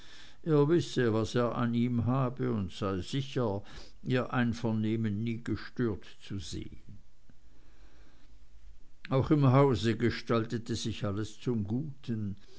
er wisse was er an ihm habe und sei sicher ihr einvernehmen nie gestört zu sehen auch im hause gestaltete sich alles zum guten